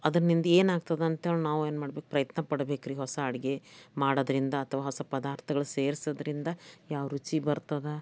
ಅದರಿಂದ ಏನಾಗ್ತದಂಥೇಳಿ ನಾವೇನು ಮಾಡಬೇಕು ಪ್ರಯತ್ನ ಪಡಬೇಕ್ರಿ ಹೊಸ ಅಡುಗೆ ಮಾಡೋದರಿಂದ ಅಥವಾ ಹೊಸ ಪದಾರ್ಥಗಳು ಸೇರಿಸೋದ್ರಿಂದ ಯಾವ ರುಚಿ ಬರ್ತದ